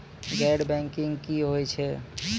गैर बैंकिंग की होय छै?